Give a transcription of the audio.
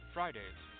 Fridays